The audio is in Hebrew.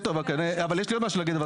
טוב, יש לי עוד משהו להגיד.